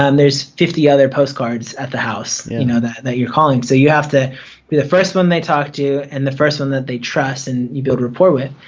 um there's fifty other postcards at the house you know that that you're calling so you have to be the first one they talk to and the first one that they trust and you build a rapport with.